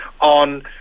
on